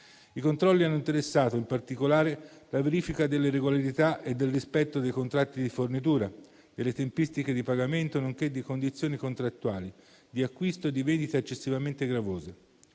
I controlli hanno interessato, in particolare, la verifica delle irregolarità e del rispetto dei contratti di fornitura e le tempistiche di pagamento nonché di condizioni contrattuali di acquisto e di vendita eccessivamente gravose.